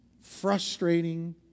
frustrating